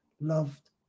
loved